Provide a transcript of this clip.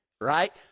right